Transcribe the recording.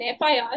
FIR